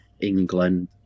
England